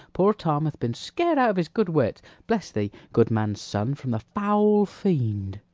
poor tom hath been scared out of his good wits bless thee, good man's son, from the foul fiend!